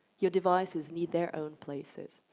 your devices need their own places.